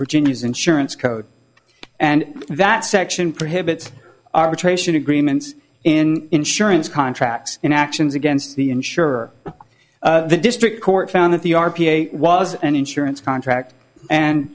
virginia's insurance code and that section prohibits arbitration agreements in insurance contracts in actions against the insurer the district court found that the r b a was an insurance contract and